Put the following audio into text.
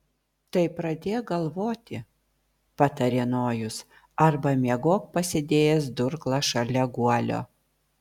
tai pradėk galvoti patarė nojus arba miegok pasidėjęs durklą šalia guolio